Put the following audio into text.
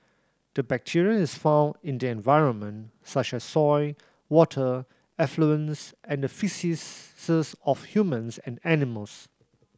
the bacteria is found in the environment such as soil water effluents and the faeces of humans and animals